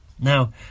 Now